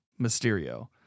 Mysterio